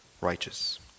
righteous